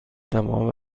تمام